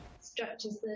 structures